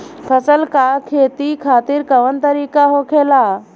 फसल का खेती खातिर कवन तरीका होखेला?